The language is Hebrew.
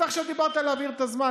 אתה עכשיו דיברת להעביר את הזמן.